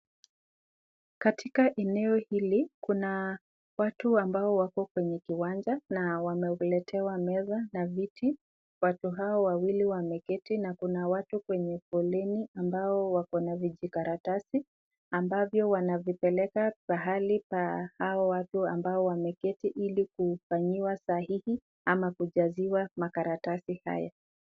Katika eneo hili kuna watu ambao wako kwenye kiwanja na wameletewa meza na viti. Watu hawa wawili wameketi na kuna watu kwenye foleni ambao wako na vijikaratasi ambavyo wanavipeleka pahali pa hao watu wameketi ili kufanyiwa sahihi au kujaziwa makaratasi haya.